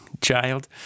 child